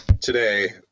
today